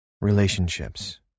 relationships